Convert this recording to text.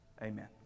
Amen